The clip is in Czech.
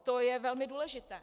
To je velmi důležité.